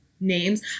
names